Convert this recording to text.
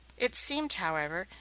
it seemed, however,